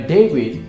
David